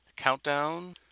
Countdown